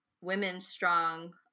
women-strong